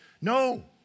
No